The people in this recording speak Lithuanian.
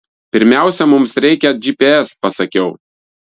pirmiausia mums reikia gps pasakiau